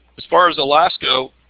as far as the last go,